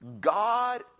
god